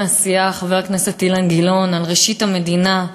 חבר הכנסת אילן גילאון, על ראשית המדינה,